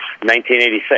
1986